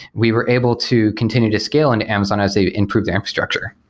we were able to continue to scale in amazon as they improved infrastructure.